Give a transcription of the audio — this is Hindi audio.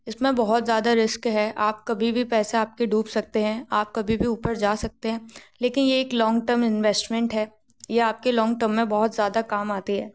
इसमे बहुत ज़्यादा रिस्क हैं आप कभी भी पैसा आपकी डूब सकते हैं आप कभी भी ऊपर जा सकते हैं लेकिन यह एक लॉन्ग टर्म इनवेस्टमेंट हैं यह आपके लॉन्ग टर्म में बहुत ज़्यादा काम आते हैं